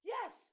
Yes